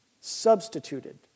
substituted